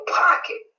pocket